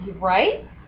Right